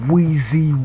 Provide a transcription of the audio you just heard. Weezy